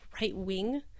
right-wing